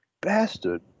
bastard